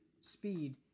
Speed